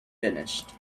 finished